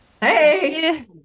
Hey